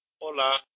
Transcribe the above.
Hola